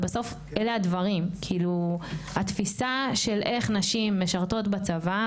ובסוף אלה הם הדברים - התפיסה של איך נשים משרתות בצבא.